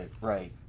right